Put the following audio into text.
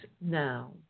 now